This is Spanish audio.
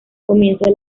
comienza